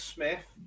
Smith